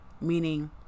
meaning